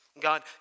God